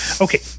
okay